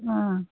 औ